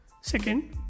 Second